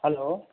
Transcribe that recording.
hello